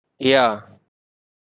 yeah